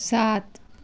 सात